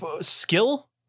skill